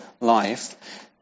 life